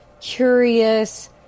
curious